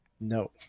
no